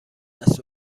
دست